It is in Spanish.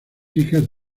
hijas